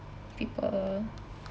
people